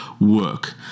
work